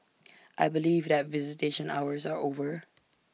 I believe that visitation hours are over